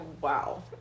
Wow